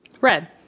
Red